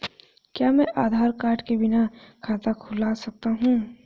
क्या मैं आधार कार्ड के बिना खाता खुला सकता हूं?